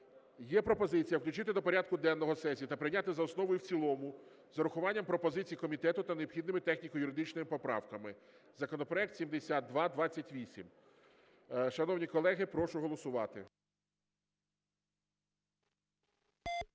Є пропозиція включити до порядку денного сесії та прийняти за основу і в цілому з урахуванням пропозицій комітету та необхідними техніко-юридичними поправками законопроект 7228. Шановні колеги, прошу голосувати.